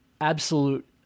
absolute